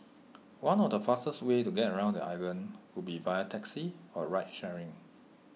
one of the fastest ways to get around the island would be via taxi or ride sharing